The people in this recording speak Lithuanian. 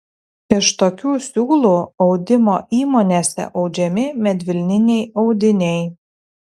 iš tokių siūlų audimo įmonėse audžiami medvilniniai audiniai